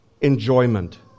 enjoyment